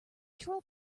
troll